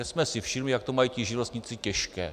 Teď jsme si všimli, jak to mají ti živnostníci těžké.